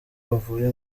bavuye